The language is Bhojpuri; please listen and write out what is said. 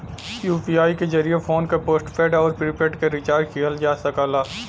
यू.पी.आई के जरिये फोन क पोस्टपेड आउर प्रीपेड के रिचार्ज किहल जा सकला